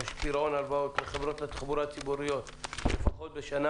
את פירעון ההלוואות לחברות התחבורה הפרטיות לפחות בשנה